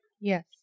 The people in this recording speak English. Yes